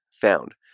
found